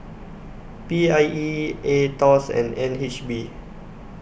P I E Aetos and N H B